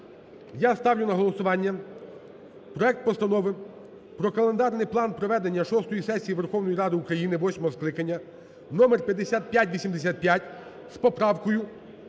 я ставлю на голосування проект Постанови про календарний план проведення шостої сесії Верховної Ради України восьмого скликання (номер 5585) з поправкою,